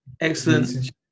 Excellent